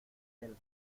del